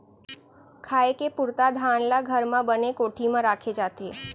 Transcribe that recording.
खाए के पुरता धान ल घर म बने कोठी म राखे जाथे